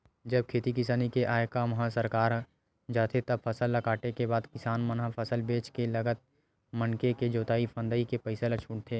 जब खेती किसानी के आय काम ह सरक जाथे तब फसल ल काटे के बाद किसान मन ह फसल बेंच के लगत मनके के जोंतई फंदई के पइसा ल छूटथे